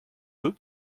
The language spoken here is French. deux